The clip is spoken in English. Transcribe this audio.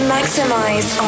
Maximize